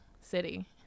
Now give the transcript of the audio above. city